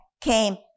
came